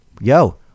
Yo